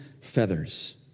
feathers